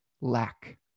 lack